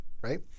Right